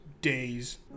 day's